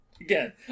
Again